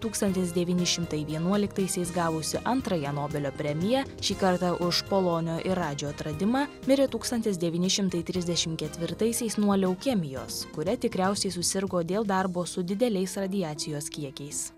tūkstantis devyni šimtai vienuoliktaisiais gavusi antrąją nobelio premiją šį kartą už polonio ir radžio atradimą mirė tūkstantis devyni šimtai trisdešim ketvirtaisiais nuo leukemijos kuria tikriausiai susirgo dėl darbo su dideliais radiacijos kiekiais